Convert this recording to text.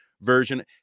version